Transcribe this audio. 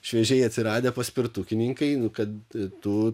šviežiai atsiradę paspirtukininkai kad tu